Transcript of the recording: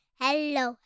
hello